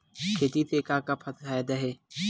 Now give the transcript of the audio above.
खेती से का का फ़ायदा हे?